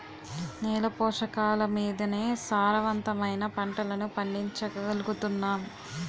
నేల పోషకాలమీదనే సారవంతమైన పంటలను పండించగలుగుతున్నాం